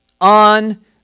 on